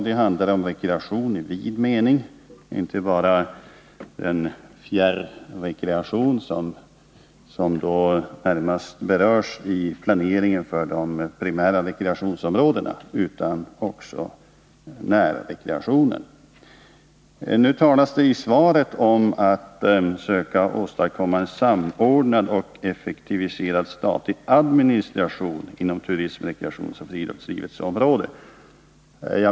Det handlar om rekreation i vid mening, inte bara den fjärrekreation som närmast berörs i planeringen för de primära rekreationsområdena utan också närrekreationen. Det talas i svaret om att man skall ”söka åstadkomma en samordnad och effektiviserad statlig administration inom turism-, rekreationsoch friluftslivsområdet”.